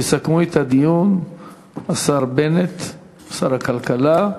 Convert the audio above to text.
יסכמו את הדיון השר בנט, שר הכלכלה,